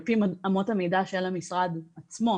על פי אמות המידה של המשרד עצמו,